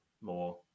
more